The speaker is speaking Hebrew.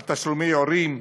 על תשלומי הורים,